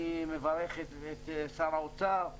אני מברך את שר האוצר,